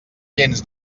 gens